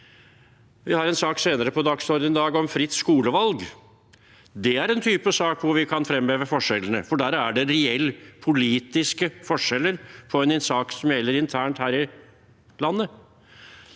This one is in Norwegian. i dag en sak på dagsordenen om fritt skolevalg. Det er en type sak hvor vi kan fremheve forskjellene, for der er det reelle politiske forskjeller i en sak som gjelder noe internt her i landet.